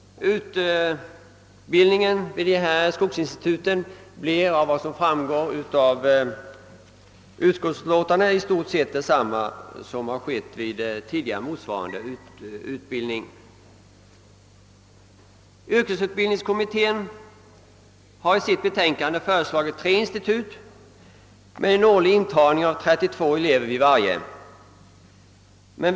Utbildningen blir, såsom framgår av jordbruksutskottets skrivning, i stort sett densamma som tidigare motsvarande utbildning. Yrkesutbildningskommittén har i sitt betänkande föreslagit tre institut med en årlig intagning av 32 elever vartdera.